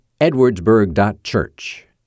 edwardsburg.church